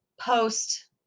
post